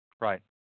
Right